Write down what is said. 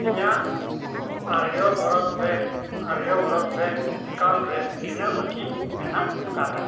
ᱤᱧᱟᱹᱜ ᱟᱨᱡᱚ ᱵᱚᱨᱚᱛ ᱵᱮᱝᱠ ᱟᱨᱡᱚ ᱵᱚᱨᱚᱛ ᱵᱮᱝᱠ ᱮᱠᱟᱣᱩᱱᱴ ᱨᱮ ᱛᱤᱱᱟᱹᱜ ᱵᱟᱹᱠᱤ ᱢᱮᱱᱟᱜ ᱟᱠᱟᱫᱟ